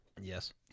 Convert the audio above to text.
Yes